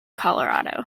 colorado